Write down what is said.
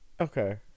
okay